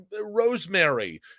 Rosemary